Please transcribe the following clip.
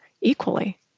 equally